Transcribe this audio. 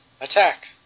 attack